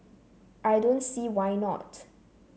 I don't see why not